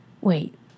wait